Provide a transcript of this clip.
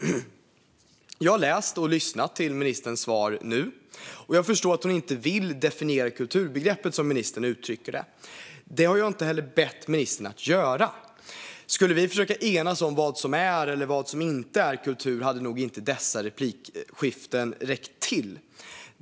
Jag har lyssnat till ministerns svar, och jag förstår att hon inte vill definiera kulturbegreppet, som ministern uttryckte det. Detta har jag heller inte bett ministern att göra. Om vi skulle försöka enas om vad som är eller inte är kultur hade nog dessa replikskiften inte räckt till.